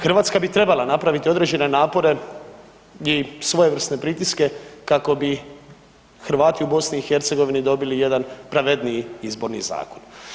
Hrvatska bi trebala napraviti određene napore i svojevrsne pritiske kako bi Hrvati u BiH dobili jedan pravedniji Izborni zakon.